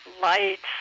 Lights